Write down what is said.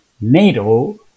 NATO